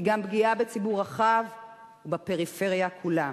היא גם פגיעה בציבור רחב בפריפריה כולה.